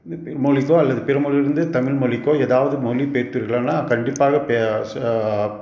மொழிக்கோ அல்லது பிற மொழியிலிருந்து தமிழ் மொழிக்கோ ஏதாவது மொழி பெயத்தீர்கள்ன்னா கண்டிப்பாக பெ ச